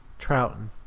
Trouton